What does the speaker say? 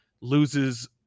loses